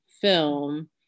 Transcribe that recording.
film